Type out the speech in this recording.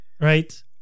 right